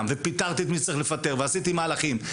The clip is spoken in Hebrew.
ופיטרתי את מי שצריך לפטר ועשיתי מהלכים.